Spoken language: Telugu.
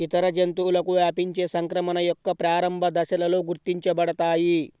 ఇతర జంతువులకు వ్యాపించే సంక్రమణ యొక్క ప్రారంభ దశలలో గుర్తించబడతాయి